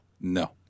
No